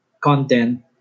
content